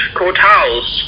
courthouse